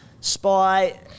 Spy